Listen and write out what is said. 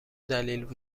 دلیل